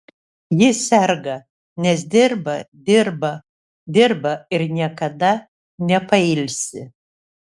ji serga nes dirba dirba dirba ir niekada nepailsi